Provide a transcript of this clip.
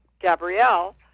gabrielle